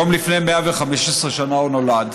היום לפני 115 שנה הוא נולד.